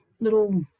little